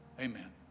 Amen